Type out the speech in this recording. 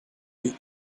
the